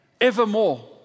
Evermore